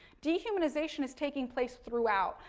dehumanization is taking place throughout.